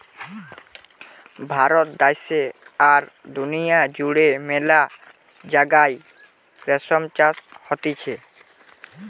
ভারত দ্যাশে আর দুনিয়া জুড়ে মেলা জাগায় রেশম চাষ হতিছে